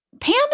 Pam